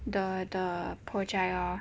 the the project orh